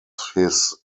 his